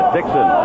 Dixon